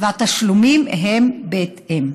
והתשלומים הם בהתאם.